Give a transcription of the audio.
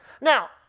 Now